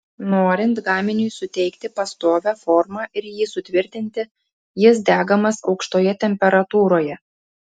norint gaminiui suteikti pastovią formą ir jį sutvirtinti jis degamas aukštoje temperatūroje